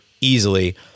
easily